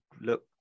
look